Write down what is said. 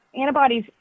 antibodies